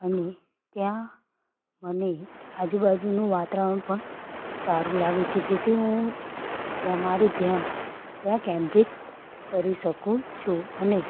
અને ત્યાં મને આજુ બાજુનું વાતાવરણ પણ સારું લાગે છે જેથી હું ત્યાં મારું ધ્યાન ત્યાં કેન્દ્રીત કરી સકું છું અને